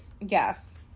Yes